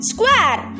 Square